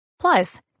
Plus